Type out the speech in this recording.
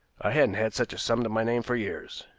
i hadn't had such a sum to my name for years.